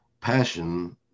passion